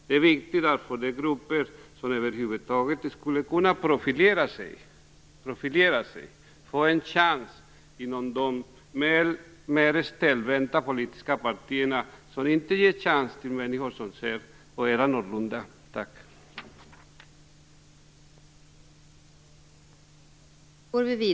Det är viktigt över huvud taget för grupper som vill profilera sig att få en chans inom de mer stelbenta politiska partier som inte ger chans till människor som ser litet annorlunda ut.